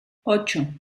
ocho